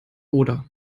oder